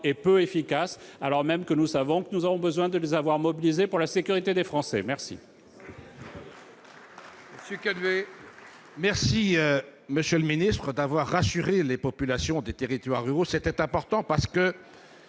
et peu efficaces, alors même que nous savons que nous avons besoin de les mobiliser pour la sécurité des Français. La